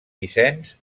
vicenç